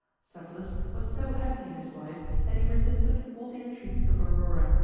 cephalus was so happy in his wife that he resisted all the entreaties of aurora,